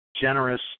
generous